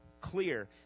clear